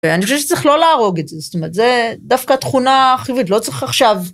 אני חושבת שצריך לא להרוג את זה, זאת אומרת, זה דווקא תכונה חיובית, לא צריך עכשיו...